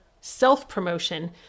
self-promotion